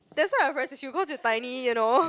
that's why I message you cause you tiny you know